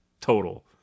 Total